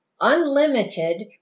unlimited